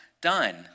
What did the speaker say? done